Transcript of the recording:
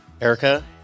Erica